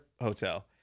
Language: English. hotel